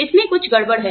इसमें कुछ गड़बड़ है